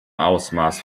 ausmaß